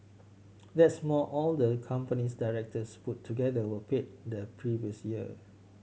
that's more all the company's directors put together were paid the previous year